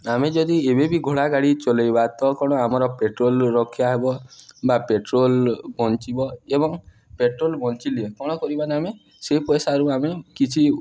ଆମେ ଯଦି ଏବେ ବି ଘୋଡ଼ା ଗାଡ଼ି ଚଲାଇବା ତ କ'ଣ ଆମର ପେଟ୍ରୋଲ ରକ୍ଷା ହେବ ବା ପେଟ୍ରୋଲ ବଞ୍ଚିବ ଏବଂ ପେଟ୍ରୋଲ ବଞ୍ଚିଲେ କ'ଣ କରିବା ଆମେ ସେ ପଇସାରୁ ଆମେ କିଛି